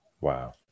wow